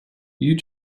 you